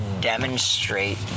demonstrate